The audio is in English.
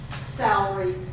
salary